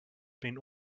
been